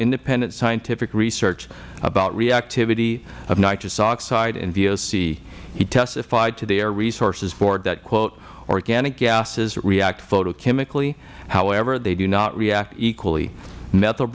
independent scientific research about reactivity of nitrous oxide and voc he testified to the air resources board that quote organic gases react photochemically however they do not react equally meth